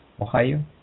Ohio